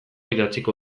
idatziko